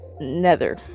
nether